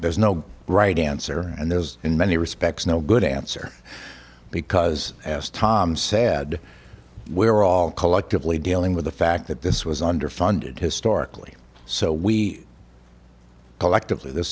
there's no right answer and there is in many respects no good answer because as tom said we are all collectively dealing with the fact that this was underfunded historically so we collectively the